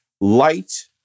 light